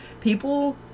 People